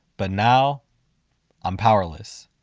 but now i'm powerless